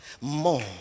more